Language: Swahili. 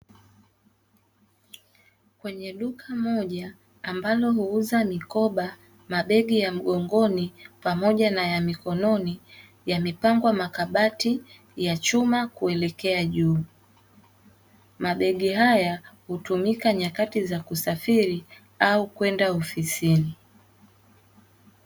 Kwenye duka moja ambalo huuza mikoba, mabegi ya mgongoni pamoja na ya mikononi, yamepangwa makabati ya chuma kuelekea juu. Mabegi haya, hutumika nyakati za kusafiri au kwenda ofisini.